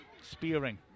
Spearing